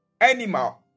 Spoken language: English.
animal